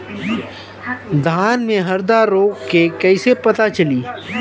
धान में हरदा रोग के कैसे पता चली?